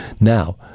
Now